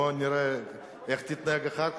בוא נראה איך תתנהג אחר כך,